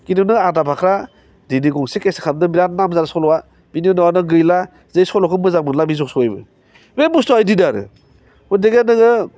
खिन्थु नों आदा फाख्रा दिनै गंसे बिराथ नाम जादों सलआ बिनि उनाव नों गैला जे सल'खौ मोजां मोनला बे जसबायबो बे बुस्थुआ बिदिनो आरो गथिखे नोङो